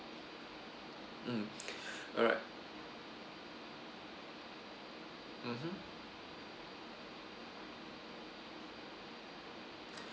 um alright mmhmm